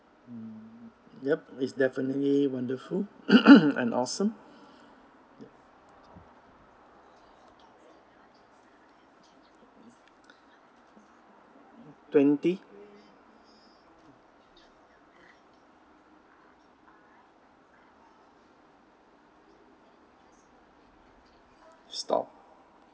yup it's definitely wonderful and awesome twenty stop